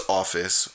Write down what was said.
office